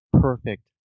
perfect